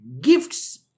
gifts